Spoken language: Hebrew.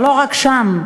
אבל לא רק שם,